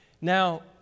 Now